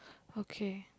okay